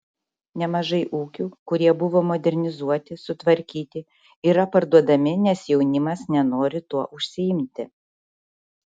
nemažai ūkių kurie buvo modernizuoti sutvarkyti yra parduodami nes jaunimas nenori tuo užsiimti